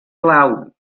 glaw